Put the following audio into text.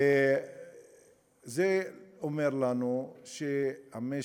וזה אומר לנו שהמשק,